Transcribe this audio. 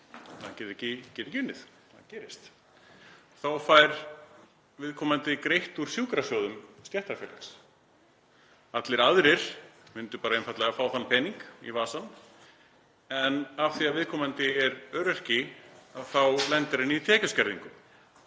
getur ekki unnið, það gerist, þá fær viðkomandi greitt úr sjúkrasjóðum stéttarfélags. Allir aðrir myndu einfaldlega fá þann pening í vasann. En af því að viðkomandi er öryrki þá lendir hann í tekjuskerðingum